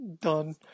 Done